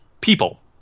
people